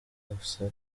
afsa